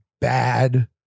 bad